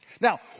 Now